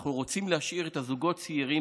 אנחנו רוצים להשאיר את הזוגות הצעירים